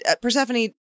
Persephone